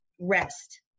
rest